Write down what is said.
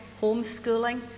homeschooling